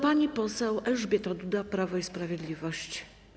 Pani poseł Elżbieta Duda, Prawo i Sprawiedliwość.